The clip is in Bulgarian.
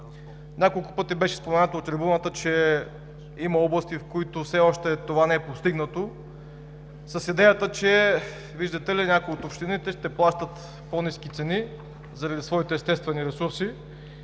Няколко пъти беше споменато от трибуната, че има области, в които това все още не е постигнато, с идеята, че, виждате ли, някои от общините ще плащат по-ниски цени, заради своите естествени ресурси,